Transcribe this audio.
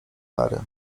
mary